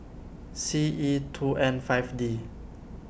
C E two N five D